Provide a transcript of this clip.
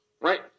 Right